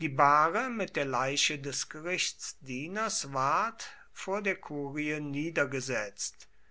die bahre mit der leiche des gerichtsdieners ward vor der kurie